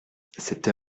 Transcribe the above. cette